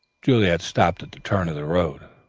juliet stopped at the turn of the road.